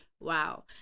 wow